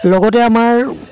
লগতে আমাৰ